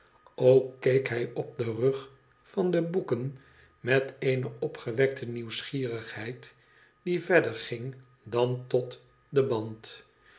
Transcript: ook keek hij op den rug van de boeken met eene opgewekte nieuwsgierigheid die verder ging dan tot den band